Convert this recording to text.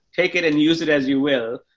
take it and use it as you will.